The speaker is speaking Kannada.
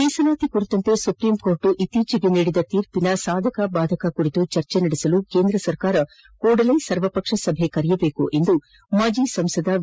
ಮೀಸಲಾತಿ ಕುರಿತಂತೆ ಸುಪ್ರೀಂಕೋರ್ಟ್ ಇತ್ತೀಚೆಗೆ ನೀಡಿದ ತೀರ್ಪಿನ ಸಾಧಕ ಭಾದಕ ಕುರಿತು ಚರ್ಚೆ ನಡೆಸಲು ಕೇಂದ್ರ ಸರ್ಕಾರ ಕೂಡಲೇ ಸರ್ವಪಕ್ಷ ಸಭೆ ಕರೆಯಬೇಕು ಎಂದು ಮಾಜಿ ಸಂಸದ ವಿ